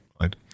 right